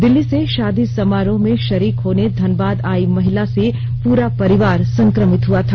दिल्ली से शादी समारोह में शरीक होने धनबाद आई महिला से पुरा परिवार संक्रमित हुआ था